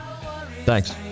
Thanks